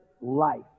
life